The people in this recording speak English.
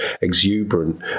exuberant